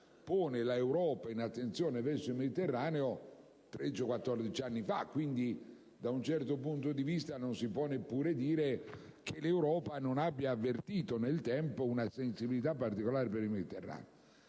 pone l'Europa in attenzione verso il Mediterraneo circa 14 anni fa. Quindi, da un certo punto di vista, non si può neppure dire che l'Europa non abbia avvertito nel tempo una sensibilità particolare per il Mediterraneo.